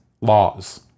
laws